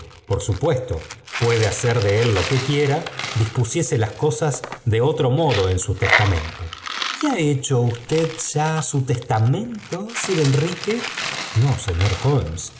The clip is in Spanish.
por supuesto puede hacer de él lo que quiera dispusiese las cosas de otro modo en su testamento y ha hecho usted ya su testamento sir enrique no señor